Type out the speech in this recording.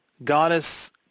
Goddess